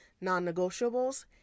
non-negotiables